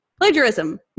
plagiarism